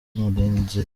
murenzi